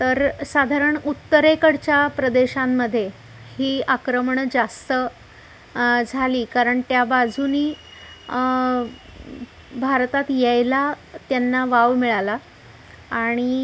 तर साधारण उत्तरेकडच्या प्रदेशांमध्ये ही आक्रमणं जास्त झाली कारण त्या बाजूंनी भारतात यायला त्यांना वाव मिळाला आणि